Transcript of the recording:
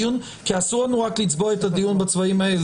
אסור לנו לצבוע את הדיון בצבעים האלה.